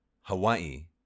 Hawaii